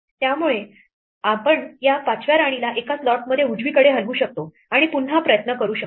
त्यामुळे आम्ही या 5व्या राणीला एका स्लॉटमध्ये उजवीकडे हलवू शकतो आणि पुन्हा प्रयत्न करू शकतो